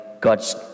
God's